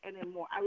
anymore